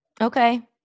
Okay